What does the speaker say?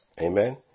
Amen